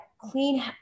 clean